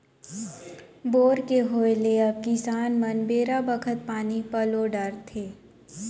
bore के होय ले अब किसान मन बेरा बखत पानी पलो डारथें